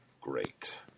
great